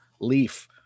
leaf